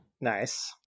nice